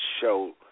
show